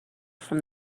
from